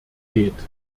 geht